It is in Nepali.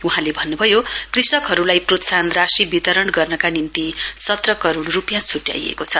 वहाँले भन्नुभयो कृषकहरूलाई प्रोत्साहन राशि वितरण गर्नका निम्ति सत्र करोड रुपियाँ छुट्याइएको छ